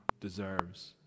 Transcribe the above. deserves